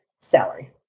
salary